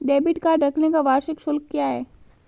Debit card रखने का वार्षिक शुल्क क्या है?